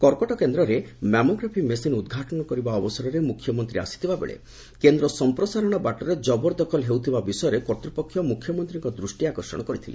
କର୍କଟ କେନ୍ଦ୍ରରେ mammography machine ଉଦ୍ଘାଟନ ଅବସରରେ ମୁଖ୍ୟମନ୍ତୀ ଆସିଥିବା ବେଳେ କେନ୍ଦ୍ର ସଂପ୍ରସାରଣ ବାଟରେ ଜବରଦଖଲ ହେଉଥିବା ବିଷୟରେ କର୍ତ୍ତୂପକ୍ଷ ମୁଖ୍ୟମନ୍ତୀଙ୍କ ଦୃଷ୍ଟି ଆକର୍ଷଣ କରିଥିଲେ